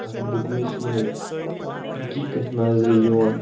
اتھ بکہِ منٛز چھِ مےٚ حقیقت نظرِ یِوان